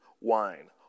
wine